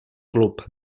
klub